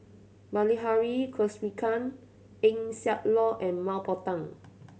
Bilahari Kausikan Eng Siak Loy and Mah Bow Tan